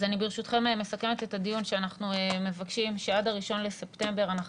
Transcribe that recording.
אז אני ברשותכם מסכמת את הדיון שאנחנו מבקשים שעד ה-1 בספטמבר אנחנו